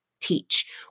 teach